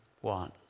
one